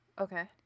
Okay